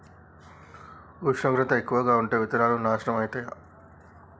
ఉష్ణోగ్రత ఎక్కువగా ఉంటే విత్తనాలు నాశనం ఐతయా?